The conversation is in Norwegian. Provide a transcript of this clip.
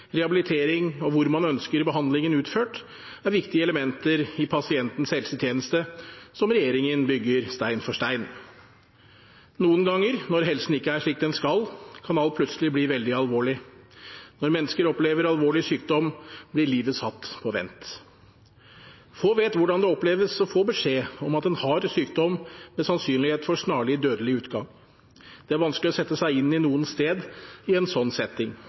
rehabilitering og hvor man ønsker behandlingen utført, er viktige elementer i pasientens helsetjeneste, som denne regjeringen bygger stein for stein. Noen ganger, når helsen ikke er slik den skal, kan alt plutselig bli veldig alvorlig. Når mennesker opplever alvorlig sykdom, blir livet satt på vent. Få vet hvordan det oppleves å få beskjed om at en har sykdom med sannsynlighet for snarlig dødelig utgang. Det er vanskelig å sette seg inn i noens sted i en sånn setting.